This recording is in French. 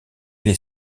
les